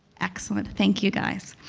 excellent, thank you guys.